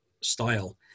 style